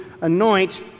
anoint